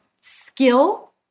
skill